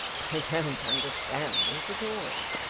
i don't understand this at all